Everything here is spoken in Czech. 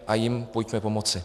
A jim pojďme pomoci.